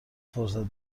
فرصت